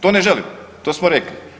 To ne želimo, to smo rekli.